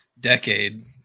decade